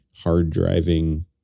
hard-driving